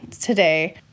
today